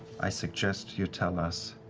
i suggest you tell us